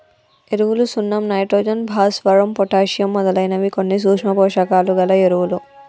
ఎరువులు సున్నం నైట్రోజన్, భాస్వరం, పొటాషియమ్ మొదలైనవి కొన్ని సూక్ష్మ పోషకాలు గల ఎరువులు